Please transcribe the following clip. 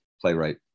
playwright